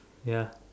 ya